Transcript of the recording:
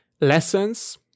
lessons